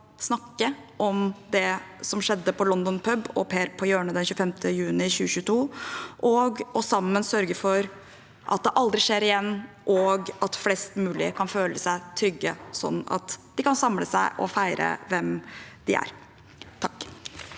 snakke om det som skjedde på London Pub og Per på Hjørnet den 25. juni 2022, og sammen sørge for at det aldri skjer igjen, og at flest mulig kan føle seg trygge, sånn at de kan samles og feire hvem de er.